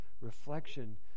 reflection